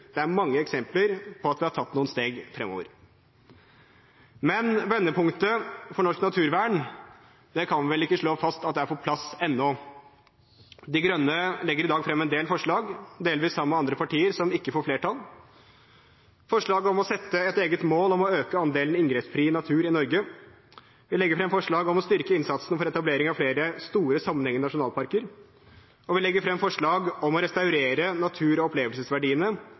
det er mange eksempler på at vi har tatt noen steg fremover. Men vendepunktet for norsk naturvern kan vi vel ikke slå fast er på plass ennå. De Grønne legger i dag frem en del forslag – delvis sammen med andre partier – som ikke får flertall: Det er forslag om å sette et eget mål om å øke andelen inngrepsfri natur i Norge, vi legger frem forslag om å styrke innsatsen for å etablere flere store sammenhengende nasjonalparker, og vi legger frem forslag om å restaurere natur- og opplevelsesverdiene